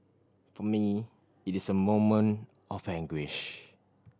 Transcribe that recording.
for me it is a moment of anguish